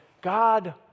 God